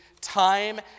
time